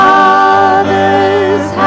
father's